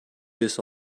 this